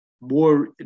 more